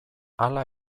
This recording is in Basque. hala